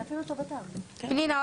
פנינה,